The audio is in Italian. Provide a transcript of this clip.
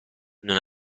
non